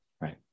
Right